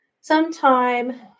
sometime